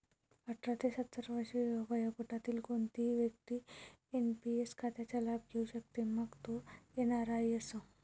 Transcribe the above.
अठरा ते सत्तर वर्षे वयोगटातील कोणतीही व्यक्ती एन.पी.एस खात्याचा लाभ घेऊ शकते, मग तो एन.आर.आई असो